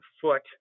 foot